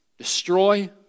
Destroy